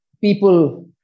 people